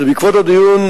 זה בעקבות הדיון,